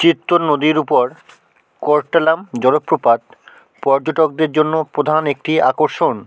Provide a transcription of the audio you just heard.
চিত্ত নদীর উপর কোর্টাল্লাম জলপ্রপাত পর্যটকদের জন্য প্রধান একটি আকর্ষণ